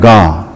God